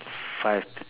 five